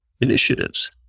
initiatives